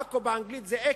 עכו באנגלית זה Acre.